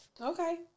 Okay